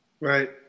Right